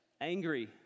angry